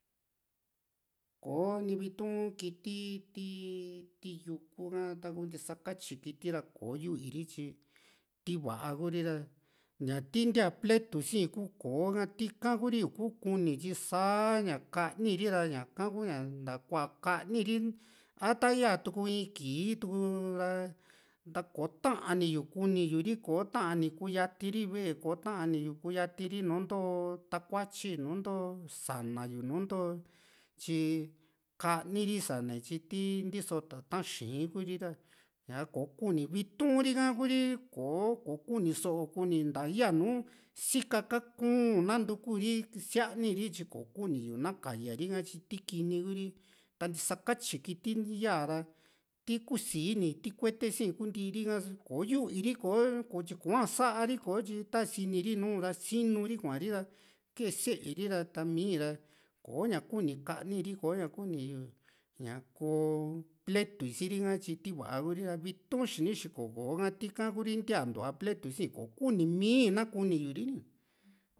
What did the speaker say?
kò´o ni vitu kiti ti ti yuku ha taku ntisakatyi kiti ra kò´o yu´yu i tyi tivaa Kuri ra ña tii ntia pletu si kuu koo ha tika ku´ri in kuu kunii tyi saa ña kani ri ra ñaka kuña ntakua kani ri a ta yaa tuku in kii tuu ra ta koo tani yu kunii yu´ri kò´o tani kuu yati ri ve´e kò´o tani yu kuu yati ri nùù into takuatyi nùù into sa´naa yu tyi kaani ri sanae tyi ti ntiso tata´n xii´n Kuri ra ñaa koo kuni viitu tika ku´ri kò´o ko kuniso kuni yu nta yanu sika ka´kun nantuku ri sia´ni ri kò´o kuni yu ña na kaya´a ri ka tyi ti kini kuu ri ta ntisa katyi kiti yaa ra ti kusini ti kuetesi kuu ntiiri ka kò´o yuui´ri ko tyi koá saa´ri kò´o tyi taa isini ru nùù ra sinu ri kuari ra kee se´e ri ra tami ra koña kuni ka´ni ri ko´ña kuni ña koo pletui si´ri ha tyi ti va´a Kuri ra viitu´n xini xiko koo ha tika Kuri ntiantua pletu si kò´o kuni mii na kuni yu ri